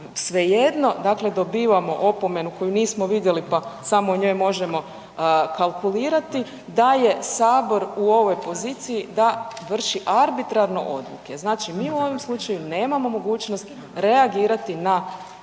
svejedno dobivamo opomenu koju nismo vidjeli pa samo o njoj možemo kalkulirati da je Sabor u ovoj poziciji da vrši arbitrarno odluke. Znači mi u ovom slučaju nemamo mogućnost reagirati na